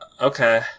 Okay